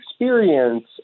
experience